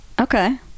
Okay